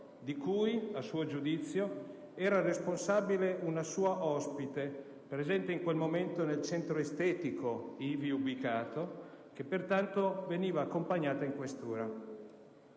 di cui, a suo giudizio, era responsabile una sua ospite presente in quel momento nel centro estetico ivi ubicato, che pertanto veniva accompagnata in questura.